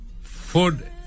food